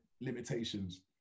limitations